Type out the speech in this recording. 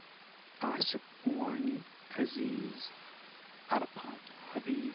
Asif Wani Aziz Arafat Habib